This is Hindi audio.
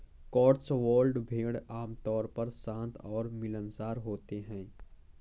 कॉटस्वॉल्ड भेड़ आमतौर पर शांत और मिलनसार होती हैं